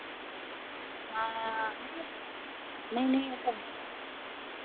ਹਾਂ ਨਹੀਂ ਨਹੀਂ ਉਹ ਤਾਂ ਹੈ